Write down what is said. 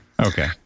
Okay